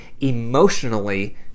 emotionally